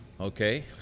Okay